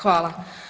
Hvala.